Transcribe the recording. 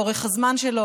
אורך הזמן שלו.